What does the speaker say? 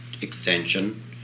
extension